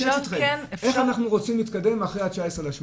איך אנחנו רוצים להתקדם אחרי ה-19.8?